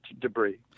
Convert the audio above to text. debris